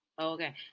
Okay